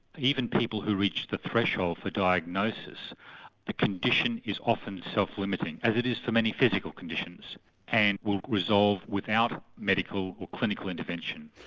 even people who reach the threshold for diagnosis the condition is often self limiting as it is for many physical conditions and will resolve without medical or clinical intervention.